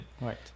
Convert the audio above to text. Right